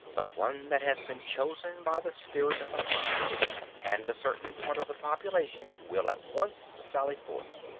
the one that has been chosen by the spirit of the hive and a certain part of the population will at once sally forth.